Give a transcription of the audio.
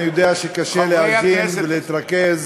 אני יודע שקשה להאזין ולהתרכז